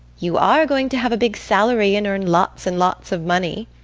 you are going to have a big salary and earn lots and lots of money.